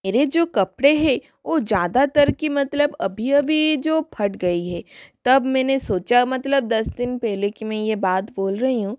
मेरे जो कपड़े हे ओ ज़्यादातर कि मतलब अभी अभी जो फट गई है तब मैने सोचा मतलब दस दिन पहले की मैं यह बात बोल रही हूँ